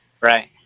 right